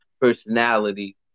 personality